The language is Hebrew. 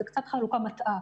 זו קצת חלוקה מטעה.